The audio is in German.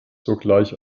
sogleich